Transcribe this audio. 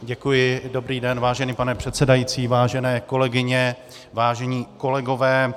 Děkuji, dobrý den, vážený pane předsedající, vážené kolegyně, vážené kolegové.